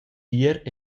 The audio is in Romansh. ier